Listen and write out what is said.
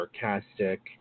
sarcastic